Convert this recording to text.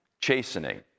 chastening